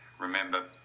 remember